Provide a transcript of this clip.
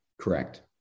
Correct